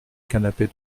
canapé